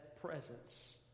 presence